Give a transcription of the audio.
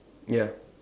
ya